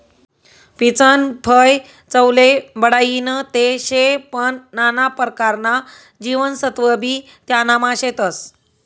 पीचनं फय चवले बढाईनं ते शे पन नाना परकारना जीवनसत्वबी त्यानामा शेतस